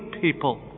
people